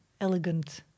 elegant